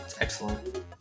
excellent